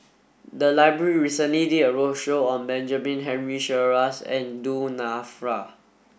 the library recently did a roadshow on Benjamin Henry Sheares and Du Nanfa